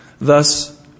Thus